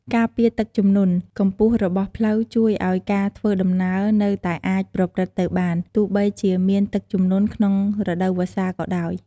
ការពារទឹកជំនន់ កម្ពស់របស់ផ្លូវជួយឲ្យការធ្វើដំណើរនៅតែអាចប្រព្រឹត្តទៅបាន ទោះបីជាមានទឹកជំនន់ក្នុងរដូវវស្សាក៏ដោយ។